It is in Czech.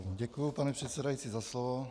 Děkuji, pane předsedající, za slovo.